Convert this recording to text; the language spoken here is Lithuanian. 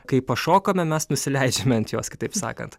kai pašokame mes nusileidžiame ant jos kitaip sakant